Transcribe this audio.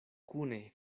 kune